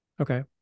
Okay